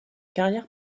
carrière